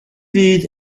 fydd